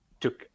took